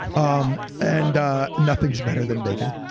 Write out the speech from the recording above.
um and nothing's better than bacon.